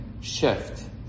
shift